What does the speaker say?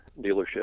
dealership